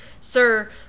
sir